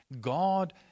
God